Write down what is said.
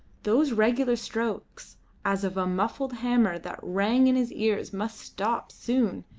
those regular strokes as of a muffled hammer that rang in his ears must stop soon.